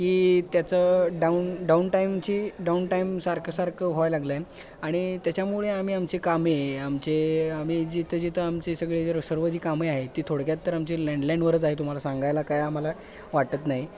की त्याचं down down टाईमची डाऊन टाईमसारखं सारखं व्हायला लागला आहे आणि त्याच्यामुळे आम्ही आमचे कामे आमचे आम्ही जिथं जिथं आमचे सगळे जर सर्व जी कामं आहेत ती थोडक्यात तर आमची लँडलाईनवरच आहे तुम्हाला सांगायला काय आम्हाला वाटत नाही